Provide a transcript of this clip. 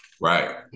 right